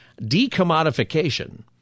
decommodification